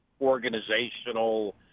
organizational